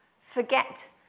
forget